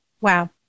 Wow